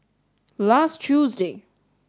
last Tuesday